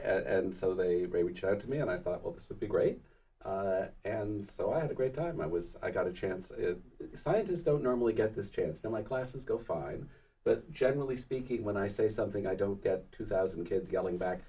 as so they reach out to me and i thought well this would be great and so i had a great time i was i got a chance scientists don't normally get this chance and my classes go five but generally speaking when i say something i don't get two thousand kids yelling back